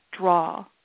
draw